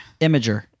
Imager